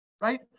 right